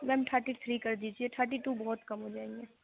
میم thirty three کر دیجیے thirty two بہت کم ہو جائیں گے